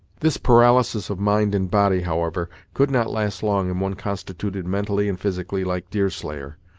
this paralysis of mind and body, however, could not last long in one constituted mentally and physically like deerslayer.